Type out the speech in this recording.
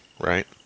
right